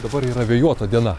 dabar yra vėjuota diena